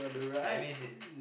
that means